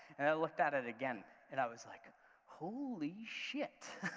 and i looked at it again and i was like holy shit,